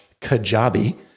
Kajabi